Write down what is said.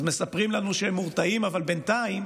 אז מספרים לנו שהם מורתעים, אבל בינתיים